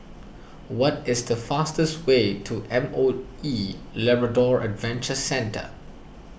what is the fastest way to M O E Labrador Adventure Centre